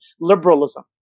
liberalism